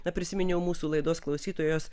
na prisiminiau mūsų laidos klausytojos